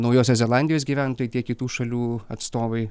naujosios zelandijos gyventojai tiek kitų šalių atstovai